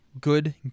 good